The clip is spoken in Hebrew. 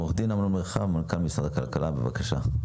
עו"ד אמנון מרחב, מנכ"ל משרד הכלכלה, בבקשה.